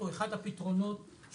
הדבר הראשון שהוא פתח בו את השיחה היה,